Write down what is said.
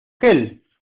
gel